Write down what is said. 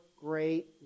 great